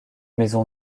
maison